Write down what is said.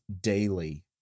daily